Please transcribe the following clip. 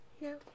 No